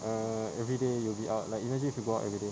err everyday you'll be out like imagine if you go out everyday